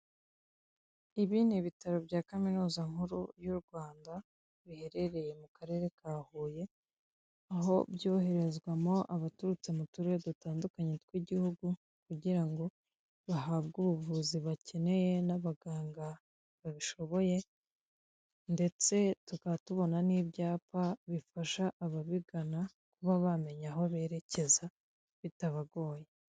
Ibi ni ibitaro bya kaminuza nkuru y'u rwanda biherereye mu karere ka huye aho byoherezwamo abaturutse mu turere dutandukanye tw'igihugu, kugira ngo bahabwe ubuvuzi bakeneye n'abaganga babishoboye ndetse tukaba tubona n'ibyapa bifasha ababigana kuba bamenye aho berekeza bitabagoye.